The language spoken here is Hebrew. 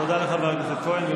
תודה לחבר הכנסת כהן.